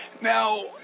Now